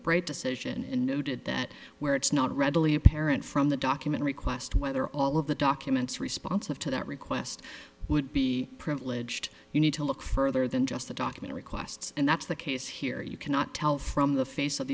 break decision and noted that where it's not readily apparent from the document request whether all of the documents response have to that request would be privileged you need to look further than just the document requests and that's the case here you cannot tell from the face of